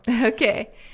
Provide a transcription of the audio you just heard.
Okay